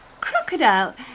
Crocodile